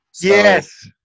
Yes